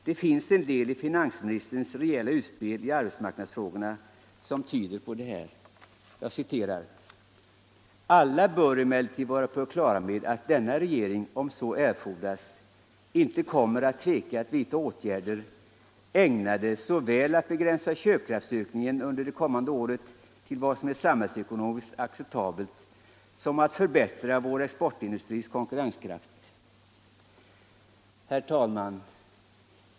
Det finns en del inslag i finansministerns rejäla utspel i arbetsmarknadsfrågorna som tyder på det. Jag citerar: ”Alla bör emellertid vara på det klara med att denna regering, om så erfordras, inte kommer att tveka att vidta åtgärder, ägnade såväl att begränsa köpkraftsökningen under det kommande året till vad som är samhällsekonomiskt acceptabelt som att förbättra vår exportindustris konkurrenskraft.” Herr talman!